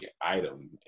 item